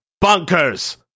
bunkers